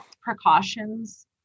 precautions